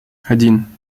один